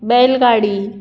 बैलगाडी